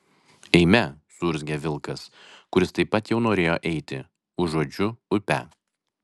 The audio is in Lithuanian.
eime suurzgė vilkas kuris taip pat jau norėjo eiti užuodžiu upę